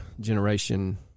generation